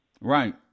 Right